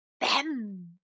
bam